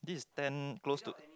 this is ten close to